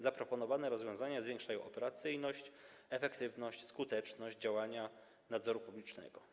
Zaproponowane rozwiązania zwiększają operacyjność, efektywność i skuteczność działania nadzoru publicznego.